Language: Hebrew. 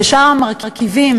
ושאר המרכיבים,